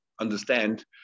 understand